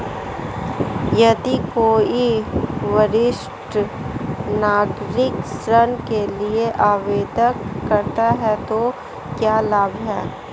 यदि कोई वरिष्ठ नागरिक ऋण के लिए आवेदन करता है तो क्या लाभ हैं?